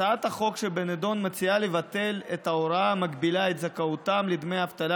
הצעת החוק שבנדון מציעה לבטל את ההוראה המגבילה את זכאותם לדמי אבטלה